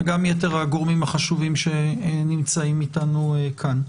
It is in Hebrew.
הגורמים החשובים שנמצאים איתנו כאן.